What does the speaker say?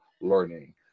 learning